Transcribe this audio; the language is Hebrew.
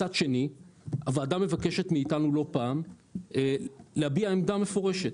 מצד שני הוועדה מבקשת מאיתנו לא פעם להביע עמדה מפורשת.